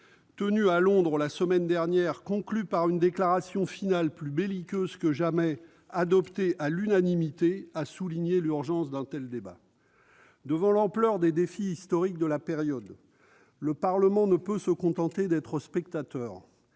tenu à Londres la semaine dernière et qu'a conclu une déclaration finale plus belliqueuse que jamais, adoptée à l'unanimité, ont souligné l'urgence d'un tel débat. Devant l'ampleur des défis historiques de la période, le Parlement ne peut se contenter d'être spectateur.